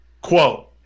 Quote